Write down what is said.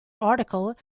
article